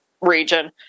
region